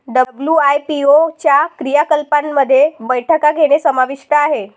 WIPO च्या क्रियाकलापांमध्ये बैठका घेणे समाविष्ट आहे